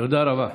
תודה רבה.